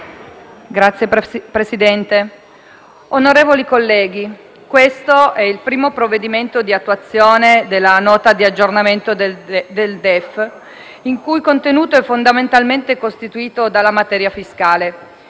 Signor Presidente, onorevoli colleghi, questo è il primo provvedimento di attuazione della Nota di aggiornamento del DEF, il cui contenuto è fondamentalmente costituito dalla materia fiscale.